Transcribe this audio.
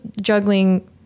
juggling